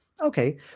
Okay